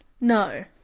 No